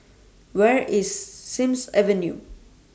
Where IS Sims Avenue